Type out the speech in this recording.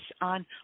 on